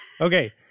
Okay